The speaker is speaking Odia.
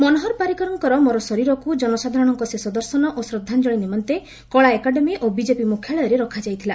ମନୋହର ପାରିକରଙ୍କ ମର ଶରୀରକୁ ଜନସାଧାରଣଙ୍କ ଶେଷ ଦର୍ଶନ ଓ ଶ୍ରଦ୍ଧାଞ୍ଜଳୀ ନିମନ୍ତେ କଳାଏକାଡେମୀ ଓ ବିଜେପି ମୁଖ୍ୟାଳୟରେ ରଖା ଯାଇଥିଲା